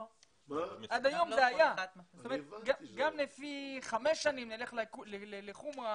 זאת אומרת גם לפי חמש שנים, נלך לחומרה,